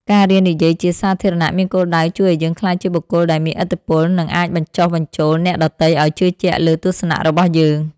ការរៀននិយាយជាសាធារណៈមានគោលដៅជួយឱ្យយើងក្លាយជាបុគ្គលដែលមានឥទ្ធិពល និងអាចបញ្ចុះបញ្ចូលអ្នកដទៃឱ្យជឿជាក់លើទស្សនៈរបស់យើង។